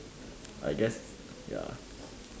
I guess ya